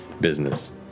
business